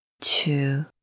two